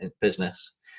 business